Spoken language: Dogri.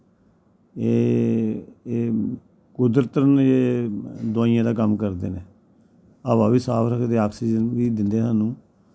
ते एह् कुदरतन एह् दवाइयें दा कम्म करदे न हवा बी साफ रखदे आक्सीज़न बी दिंद स्हानू